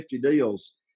deals